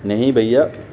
نہیں بھیا